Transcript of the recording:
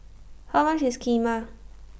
How much IS Kheema